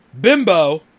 bimbo